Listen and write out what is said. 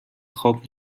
خواب